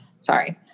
sorry